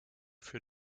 für